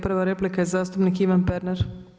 Prva replika je zastupnik Ivan Pernar.